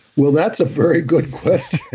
well, that's a very good question.